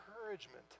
encouragement